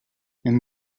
hem